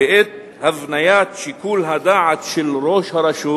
ואת הבניית שיקול הדעת של ראש הרשות.